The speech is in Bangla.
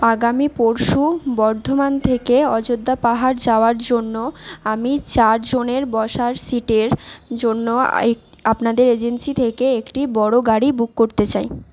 আগামী পরশু বর্ধমান থেকে অযোধ্যা পাহাড় যাওয়ার জন্য আমি চারজনের বসার সীটের জন্য আপনাদের এজেন্সি থেকে একটি বড়ো গাড়ি বুক করতে চাই